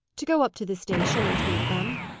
to go up to the station and meet them.